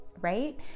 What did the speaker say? right